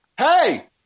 Hey